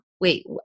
wait